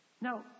Now